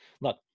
Look